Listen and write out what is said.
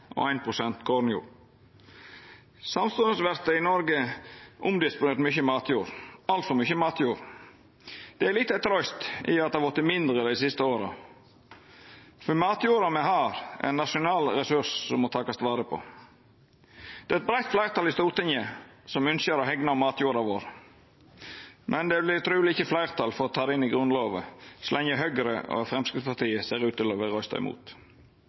er ein nasjonal ressurs som må takast vare på. Det er eit breitt fleirtal i Stortinget som ynskjer å hegna om matjorda vår, men det vert truleg ikkje fleirtal for å ta det inn i Grunnlova så lenge Høgre og Framstegspartiet ser ut til å vilja røysta imot.